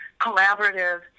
collaborative